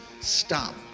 stop